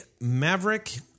Maverick